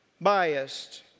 biased